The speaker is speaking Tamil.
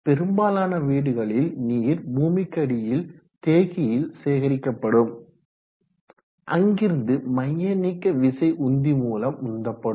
பெரும்பாலான வீடுகளில் நீர் பூமிக்கடியில் தேக்கியில் சேகரிப்படும் அங்கிருந்து மையநீக்கவிசை உந்தி மூலம் உந்தப்படும்